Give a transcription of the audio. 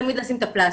תמיד לשים את הפלסטר.